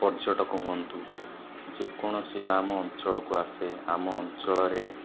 ପର୍ଯ୍ୟଟକ ହୁଅନ୍ତୁ ଯେକୌଣସି ବା ଆମ ଅଞ୍ଚଳକୁ ଆସେ ଆମ ଅଞ୍ଚଳରେ